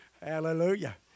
hallelujah